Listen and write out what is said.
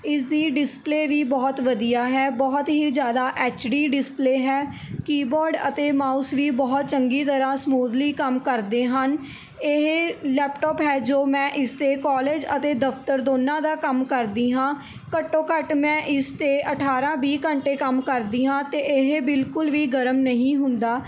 ਇਸ ਦੀ ਡਿਸਪਲੇ ਵੀ ਬਹੁਤ ਵਧੀਆ ਹੈ ਬਹੁਤ ਹੀ ਜ਼ਿਆਦਾ ਐਚ ਡੀ ਡਿਸਪਲੇ ਹੈ ਕੀਬੋਰਡ ਅਤੇ ਮਾਊਸ ਵੀ ਬਹੁਤ ਚੰਗੀ ਤਰ੍ਹਾਂ ਸਮੂਦਲੀ ਕੰਮ ਕਰਦੇ ਹਨ ਇਹ ਲੈਪਟੋਪ ਹੈ ਜੋ ਮੈਂ ਇਸਦੇ ਕੋਲੇਜ ਅਤੇ ਦਫਤਰ ਦੋਨਾਂ ਦਾ ਕੰਮ ਕਰਦੀ ਹਾਂ ਘੱਟੋ ਘੱਟ ਮੈਂ ਇਸ 'ਤੇ ਅਠਾਰਾਂ ਵੀਹ ਘੰਟੇ ਕੰਮ ਕਰਦੀ ਹਾਂ ਅਤੇ ਇਹ ਬਿਲਕੁਲ ਵੀ ਗਰਮ ਨਹੀਂ ਹੁੰਦਾ